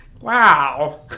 Wow